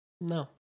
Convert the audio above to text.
No